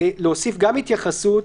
להוסיף גם התייחסות: